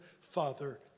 father